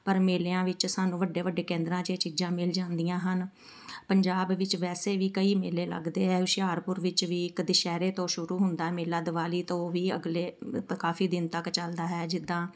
ਪਰ ਮੇਲਿਆਂ ਵਿੱਚ ਸਾਨੂੰ ਵੱਡੇ ਵੱਡੇ ਕੇਂਦਰਾਂ 'ਚ ਇਹ ਚੀਜ਼ਾਂ ਮਿਲ ਜਾਂਦੀਆਂ ਹਨ ਪੰਜਾਬ ਵਿੱਚ ਵੈਸੇ ਵੀ ਕਈ ਮੇਲੇ ਲੱਗਦੇ ਹੈ ਹੁਸ਼ਿਆਰਪੁਰ ਵਿੱਚ ਵੀ ਇੱਕ ਦੁਸਹਿਰੇ ਤੋਂ ਸ਼ੁਰੂ ਹੁੰਦਾ ਮੇਲਾ ਦਿਵਾਲੀ ਤੋਂ ਵੀ ਅਗਲੇ ਕਾਫ਼ੀ ਦਿਨ ਤੱਕ ਚੱਲਦਾ ਹੈ ਜਿੱਦਾਂ